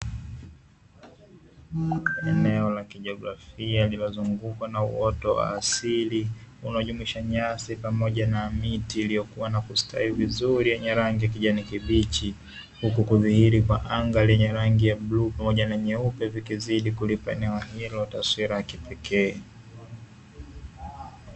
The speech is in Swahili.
Eneo la kijiografia lililozungukwa na uoto wa asili unaojumuisha nyasi pamoja na miti iliyokua na kustawi vizuri yenye rangi ya kijani kibichi, huku kudhihiri kwa anga lenye rangi ya bluu pamoja na nyeupe vikizidi kulipa eneo hilo taswira ya kipekee.